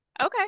Okay